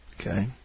Okay